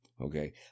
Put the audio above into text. Okay